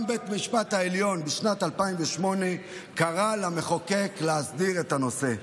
בשנת 2008 גם בית המשפט העליון קרא למחוקק להסדיר את הנושא.